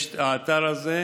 יש את האתר הזה,